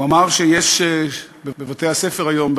הוא אמר שיש בבתי-הספר היום,